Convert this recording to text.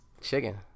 Chicken